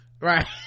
Right